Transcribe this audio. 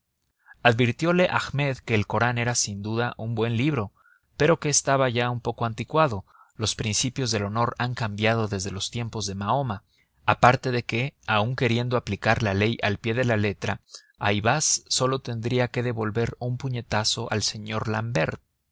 nariz advirtiole ahmed que el korán era sin duda alguna un buen libro pero que estaba ya un poco anticuado los principios del honor han cambiado desde los tiempos de mahoma aparte de que aun queriendo aplicar la ley al pie de la letra ayvaz sólo tendría que devolver un puñetazo al señor l'ambert